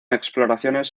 exploraciones